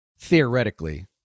theoretically